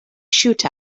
shoot